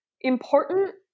important